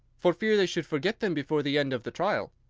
for fear they should forget them before the end of the trial.